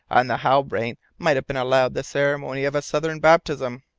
and the halbrane might have been allowed the ceremony of a southern baptism.